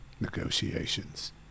negotiations